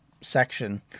section